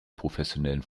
professionellen